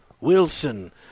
Wilson